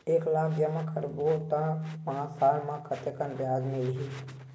एक लाख जमा करबो त पांच साल म कतेकन ब्याज मिलही?